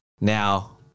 Now